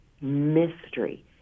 mystery